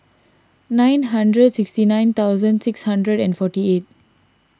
nine hundred sixty nine thousand six hundred and forty eight